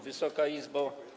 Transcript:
Wysoka Izbo!